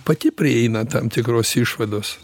pati prieina tam tikros išvados